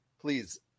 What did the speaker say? Please